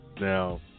Now